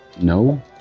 No